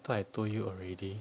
thought I told you already